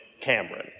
Cameron